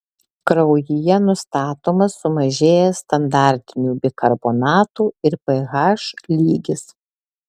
kraujyje nustatomas sumažėjęs standartinių bikarbonatų ir ph lygis